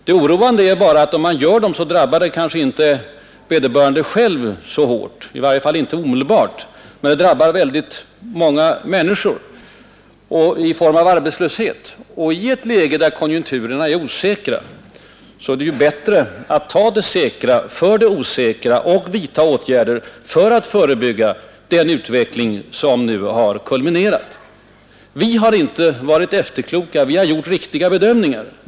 Det oroande är bara att om man gör dem, drabbar det inte vederbörande själv så hårt, i varje fall inte omedelbart. Men de drabbar väldigt många människor i form av arbetslöshet. I ett läge där konjunkturerna är osäkra, är det bättre att ta det säkra för det osäkra och att vidta åtgärder för att förebygga den utveckling som nu har kulminerat. Vi har inte varit efterkloka. Vi har gjort riktiga bedömningar i år.